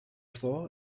floor